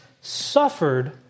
suffered